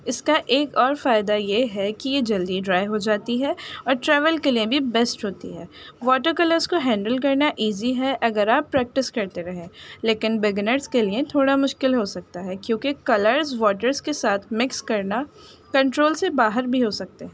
اس کا ایک اور فائدہ یہ ہے کہ یہ جلدی ڈرائی ہو جاتی ہے اور ٹریول کے لیے بھی بیسٹ ہوتی ہے واٹر کلرس کو ہینڈل کرنا ایزی ہے اگر آپ پریکٹس کرتے رہیں لیکن بگنرس کے لیے تھوڑا مشکل ہو سکتا ہے کیونکہ کلرس واٹرس کے ساتھ مکس کرنا کنٹرول سے باہر بھی ہو سکتے ہیں